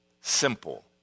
simple